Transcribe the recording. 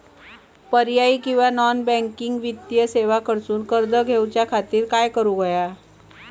पर्यायी किंवा non banking वित्तीय सेवा कडसून कर्ज घेऊच्या खाती काय करुक होया?